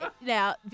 Now